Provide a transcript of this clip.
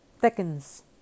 thickens